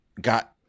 got